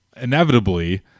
inevitably